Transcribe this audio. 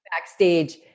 backstage